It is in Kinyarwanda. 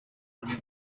hamwe